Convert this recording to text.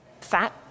fat